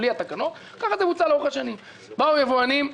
בלי התקנות, כך זה בוצע לאורך השנים.